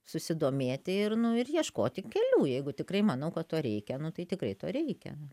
susidomėti ir nu ir ieškoti kelių jeigu tikrai manau kad to reikia nu tai tikrai to reikia